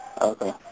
Okay